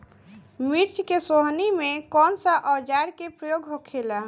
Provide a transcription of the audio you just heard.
मिर्च के सोहनी में कौन सा औजार के प्रयोग होखेला?